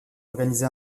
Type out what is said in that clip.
organisé